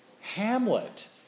Hamlet